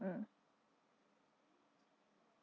mm